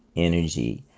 energy,